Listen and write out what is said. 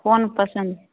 कोन पसन्द